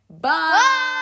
Bye